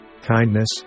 kindness